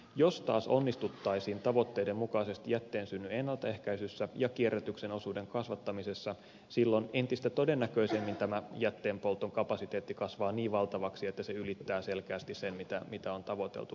jos taas onnistuttaisiin tavoitteiden mukaisesti jätteen synnyn ennaltaehkäisyssä ja kierrätyksen osuuden kasvattamisessa silloin entistä todennäköisemmin tämä jätteenpolton kapasiteetti kasvaa niin valtavaksi että se ylittää selkeästi sen mitä on tavoiteltu valtakunnallisesti